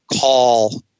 call